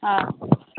ହଁ